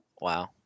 Wow